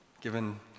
given